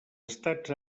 estats